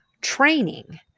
training